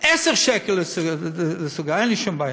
עשרה שקלים לסיגריה, אין לי שום בעיה.